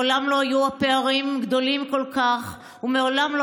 מעולם לא היו הפערים גדולים כל כך ומעולם לא